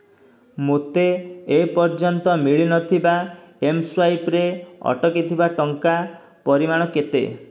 ମୋତେ ଏ ପର୍ଯ୍ୟନ୍ତ ମିଳିନଥିବା ଏମ୍ସ୍ୱାଇପ୍ରେ ଅଟକିଥିବା ଟଙ୍କା ପରିମାଣ କେତେ